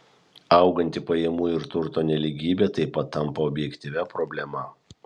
auganti pajamų ir turto nelygybė taip pat tampa objektyvia problema